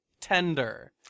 tender